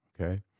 okay